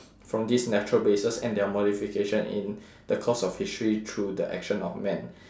from this natural bases and their modification in the course of history through the action of men